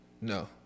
No